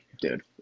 dude